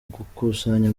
gukusanya